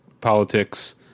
politics –